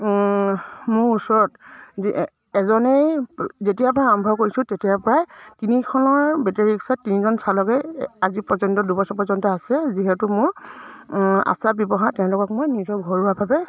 মোৰ ওচৰত এজনেই যেতিয়াৰ পৰা আৰম্ভ কৰিছোঁ তেতিয়াৰ পৰাই তিনিখনৰ বেটেৰী ৰিক্সাত তিনিজন চালকে আজি পৰ্যন্ত দুবছৰ পৰ্যন্ত আছে যিহেতু মোৰ আচাৰ ব্যৱহাৰ তেওঁলোকক মই নিজৰ ঘৰুৱাভাৱে